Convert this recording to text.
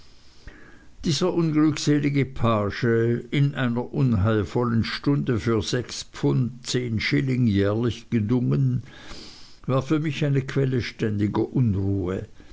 dieser unglückselige page in einer unheilvollen stunde für sechs schilling jährlich gedungen war für mich eine quelle ständiger unruhe